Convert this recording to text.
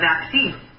vaccine